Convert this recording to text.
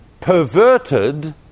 perverted